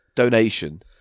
donation